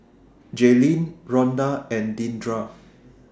Jaylyn Rhonda and Deandra